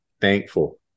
thankful